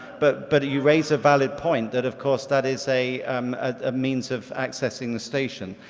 but but you raise a valid point that of course that is a um a means of accessing the station.